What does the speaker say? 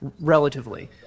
relatively